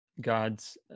God's